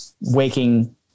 waking